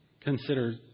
consider